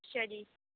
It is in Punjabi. ਅੱਛਾ ਜੀ